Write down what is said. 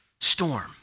storm